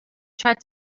tried